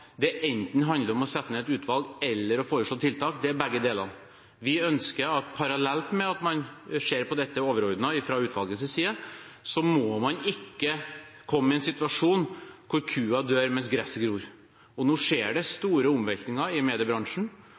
handler enten om å sette ned et utvalg eller om å foreslå tiltak – det er begge deler. Parallelt med at man ser på dette overordnet fra utvalgets side, må man ikke komme i en situasjon hvor kua dør mens gresset gror. Nå skjer det store omveltninger i mediebransjen,